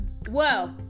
Whoa